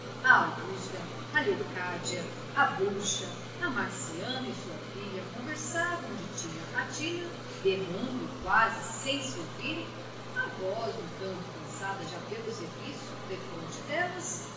augusta a leocádia a bruxa a marciana e sua filha conversavam de tina a tina berrando e quase sem se ouvirem a voz um tanto cansada já pelo serviço defronte delas